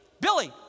Billy